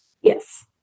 yes